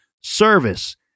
service